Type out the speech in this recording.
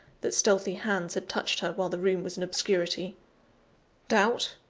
that stealthy hands had touched her, while the room was in obscurity doubt?